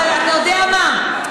אבל אתה יודע מה,